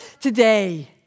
today